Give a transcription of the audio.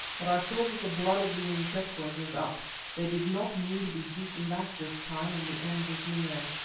but i saw that the blood of the umtetwas was up they did not mean to be beaten back this time, and the end was near.